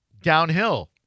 downhill